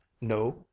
No